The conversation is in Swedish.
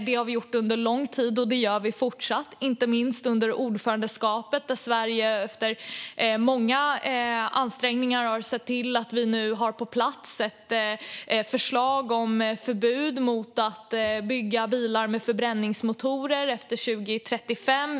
Det har vi gjort under lång tid, och det gör vi fortsatt - inte minst under ordförandeskapet, där Sverige efter många ansträngningar har sett till att vi nu har ett förslag på plats om förbud mot att bygga bilar med förbränningsmotor efter 2035.